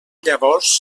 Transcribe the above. llavors